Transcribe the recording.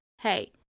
hey